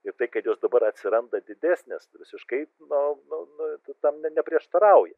ir tai kad jos dabar atsiranda didesnės visiškai nu nu tam ne neprieštarauja